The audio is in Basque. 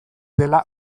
dela